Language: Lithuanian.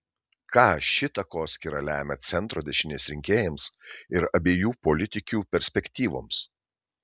ką ši takoskyra lemia centro dešinės rinkėjams ir abiejų politikių perspektyvoms